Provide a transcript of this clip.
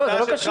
זה לא קשור.